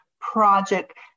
Project